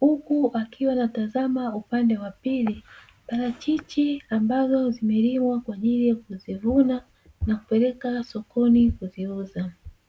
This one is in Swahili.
huku akiwa anatazama upande wa pili parachichi ambazo zimeliwa kwa ajili ya kuzivuna na kupeleka sokoni kuziuza.